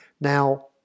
Now